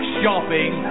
shopping